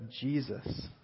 Jesus